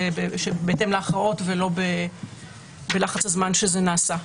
בהתאם להכרעות ולא בחלץ הזמן שזה נעשה,